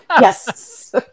Yes